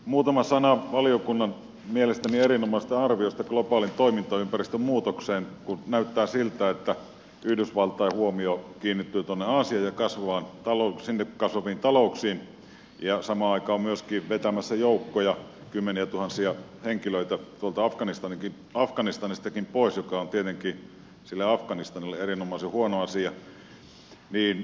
muutama sana valiokunnan mielestäni erinomaisesta arviosta globaalin toimintaympäristön muutoksesta kun näyttää siltä että yhdysvaltain huomio kiinnittyy tuonne aasiaan ja sinne kasvaviin talouksiin ja samaan aikaan se on myöskin vetämässä joukkoja kymmeniä tuhansia henkilöitä tuolta afganistanistakin pois mikä on tietenkin sille afganistanille erinomaisen huono asia